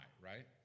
right